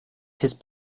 his